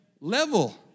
level